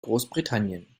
großbritannien